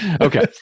Okay